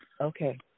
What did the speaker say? Okay